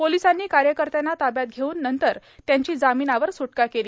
पोलिसांनी कार्यकर्त्यांना ताब्यात घेऊन नंतर त्यांची जामिनावर सुटका केली